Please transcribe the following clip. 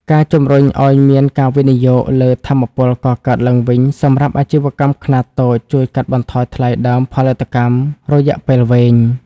ការជំរុញឱ្យមានការវិនិយោគលើ "ថាមពលកកើតឡើងវិញ" សម្រាប់អាជីវកម្មខ្នាតតូច ជួយកាត់បន្ថយថ្លៃដើមផលិតកម្មរយៈពេលវែង។